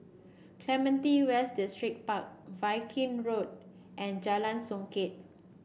Clementi West Distripark Viking Road and Jalan Songket